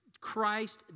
Christ